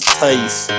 taste